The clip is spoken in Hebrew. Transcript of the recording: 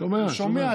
שומע, שומע.